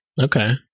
Okay